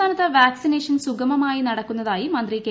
സംസ്ഥാനത്ത് വാക്സിനേഷൻ സുഗമമായി നടക്കുന്നതായി മന്ത്രി കെ